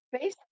Face